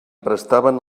prestaven